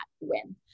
win